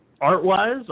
Art-wise